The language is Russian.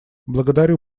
благодарю